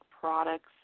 products